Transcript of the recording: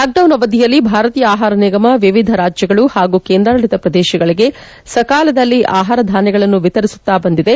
lockdown ಅವಧಿಯಲ್ಲಿ ಭಾರತೀಯ ಆಹಾರ ನಿಗಮ ವಿವಿಧ ರಾಜ್ಯಗಳು ಹಾಗೂ ಕೇಂದ್ರಾಡಳತ ಪ್ರದೇಶಗಳಿಗೆ ಸಕಾಲದಲ್ಲಿ ಆಹಾರ ಧಾನ್ವಗಳನ್ನು ವಿತರಿಸುತ್ತಾ ಬಂದಿದೆ